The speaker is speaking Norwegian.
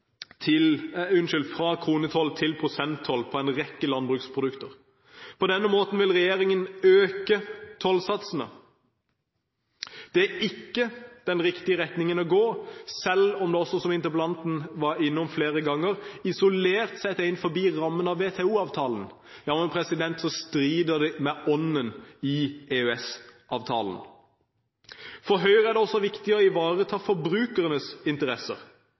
kronetoll til prosenttoll på en rekke landbruksprodukter. På denne måten vil regjeringen øke tollsatsene. Det er ikke den riktige retningen å gå. Selv om det også – som interpellanten var innom flere ganger – isolert sett er innenfor rammen av WTO-avtalen, så strider det mot ånden i EØS-avtalen. For Høyre er det også viktig å ivareta forbrukernes interesser.